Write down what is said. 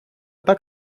так